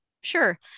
Sure